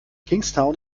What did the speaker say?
kingstown